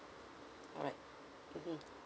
alright mmhmm